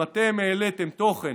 אם אתן העליתן תוכן